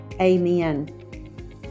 amen